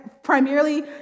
primarily